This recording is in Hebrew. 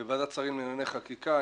בוועדת שרים לענייני חקיקה.